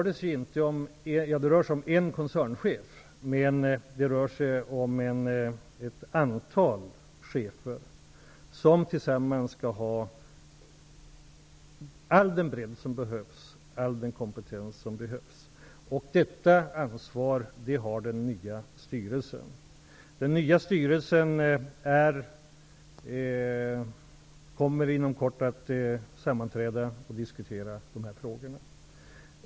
Det rör sig om en koncernchef och ett antal andra chefer, som tillsammans skall stå för all den bredd och all den kompetens som behövs. Detta ansvar har den nya styrelsen. Den nya styrelsen kommer inom kort att sammanträda och diskutera de här frågorna.